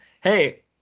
Hey